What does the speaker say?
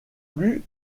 plus